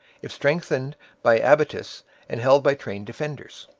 if strengthened by abattis and held by trained defenders.